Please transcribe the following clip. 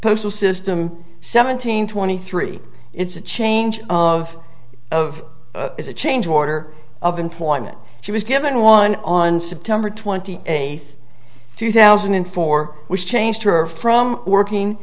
postal system seventeen twenty three it's a change of of is a change order of employment she was given one on september twenty eighth two thousand and four which changed her from working